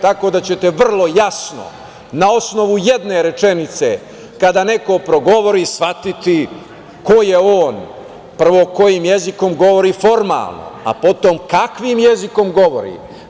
Tako da ćete vrlo jasno na osnovu jedne rečenice kada neko progovori shvatiti ko je on, prvo kojim jezikom govori formalno, a potom kakvim jezikom govori.